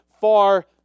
far